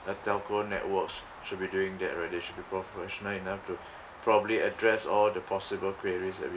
telco networks should be doing that right they should be professional enough to properly address all the possible queries that we